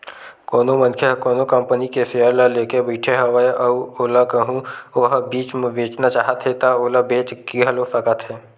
कोनो मनखे ह कोनो कंपनी के सेयर ल लेके बइठे हवय अउ ओला कहूँ ओहा बीच म बेचना चाहत हे ता ओला बेच घलो सकत हे